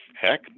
Heck